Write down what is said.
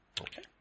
Okay